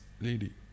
lady